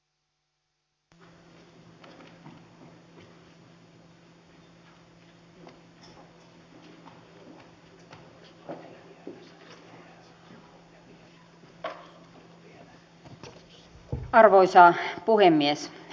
arvoisa puhemies